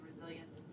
resilience